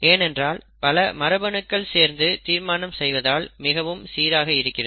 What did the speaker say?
ஏனென்றால் பல மரபணுக்கள் சேர்ந்து தீர்மானம் செய்வதால் மிகவும் சீராக இருக்கிறது